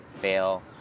fail